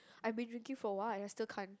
I've been drinking for a while and I still can't